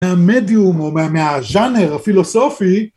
מהמדיום או מהז'אנר הפילוסופי